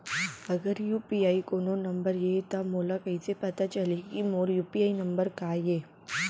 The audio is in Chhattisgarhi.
अगर यू.पी.आई कोनो नंबर ये त मोला कइसे पता चलही कि मोर यू.पी.आई नंबर का ये?